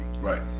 right